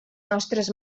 nostres